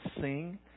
sing